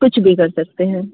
कुछ भी कर सकते हैं